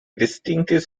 distinctive